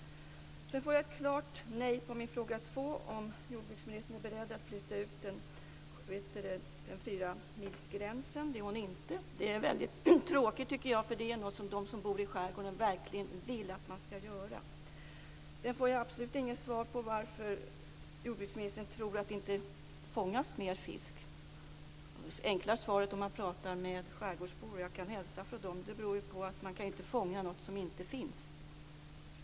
Jag får ett klart nej på min andra fråga om jordbruksministern är beredd att flytta ut fyramilsgränsen. Det är hon inte. Det är väldigt tråkigt, tycker jag, eftersom det är något som de som bor i skärgården verkligen vill att man skall göra. Sedan får jag absolut inget svar på varför jordbruksministern tror att det inte fångas mer fisk. Det enkla svaret om man talar med skärgårdsbor, och jag kan hälsa från dem, är att det beror på att man inte kan fånga något som inte finns.